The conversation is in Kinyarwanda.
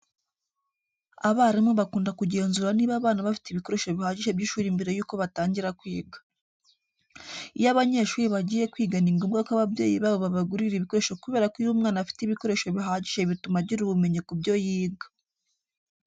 Abarimu bakunda kugenzura niba abana bafite ibikoresho bihagije by'ishuri mbere yuko batangira kwiga. Iyo abanyeshuri bagiye kwiga ni ngombwa ko ababyeyi babo babagurira ibikoresho kubera ko iyo umwana afite ibikoresho bihagije bituma agira ubumenyi ku byo yiga.